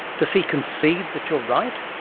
does he concede that you're right?